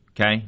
Okay